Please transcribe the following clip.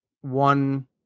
one